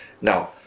now